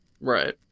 Right